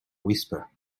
whisper